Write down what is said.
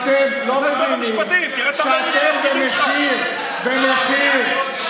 אדוני שר המשפטים, תראה את המיילים,